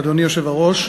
אדוני היושב-ראש,